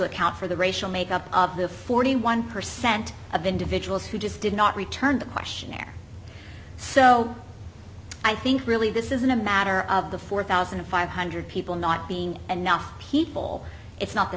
account for the racial makeup of the forty one percent of individuals who just did not return the questionnaire so i think really this isn't a matter of the four thousand five hundred people not being enough people it's not the